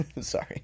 Sorry